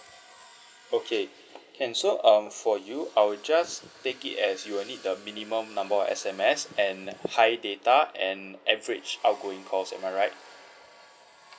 okay can so um for you I will just take it as you will need the minimum number of S_M_S and high data and average outgoing calls am I right